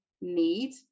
need